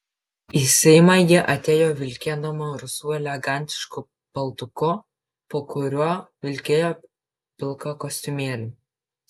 į seimą ji atėjo vilkėdama rusvu elegantišku paltuku po kuriuo vilkėjo pilką kostiumėlį